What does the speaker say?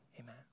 Amen